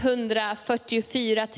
144